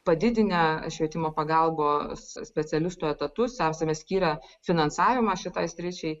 padidinę švietimo pagalbos specialistų etatus esame skyrę finansavimą šitai sričiai